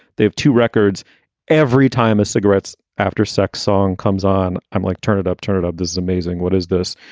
they have two records every time as cigarettes after sex song comes on. i'm like, turn it up, turn it up. this is amazing. what is this?